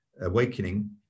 awakening